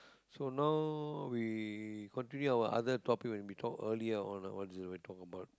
so now we continue our other topic when we talk earlier on ah what is it we will talk about